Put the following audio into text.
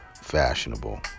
fashionable